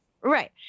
Right